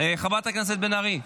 חברת הכנסת בן ארי?